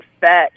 fetch